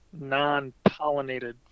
non-pollinated